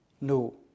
no